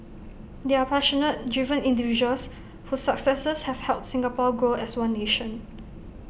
they are passionate driven individuals whose successes have helped Singapore grow as one nation